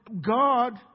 God